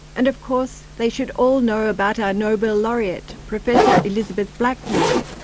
and of course they should all know about our nobel laureate professor elizabeth blackburn,